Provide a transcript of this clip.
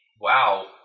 Wow